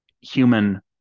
human